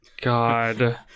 God